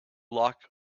lock